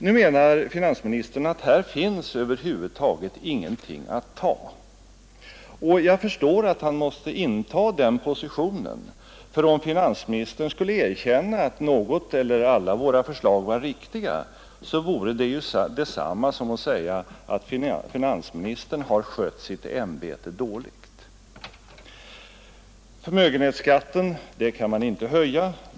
Nu menar finansministern att här finns över huvud taget ingenting att ta, och jag förstår att han måste inta den positionen, för om finansministern skulle erkänna att våra förslag var riktiga, så vore det ju detsamma som att säga att finansministern har skött sitt ämbete dåligt. Förmögenhetsskatten kan man inte höja, menar finansministern.